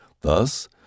Thus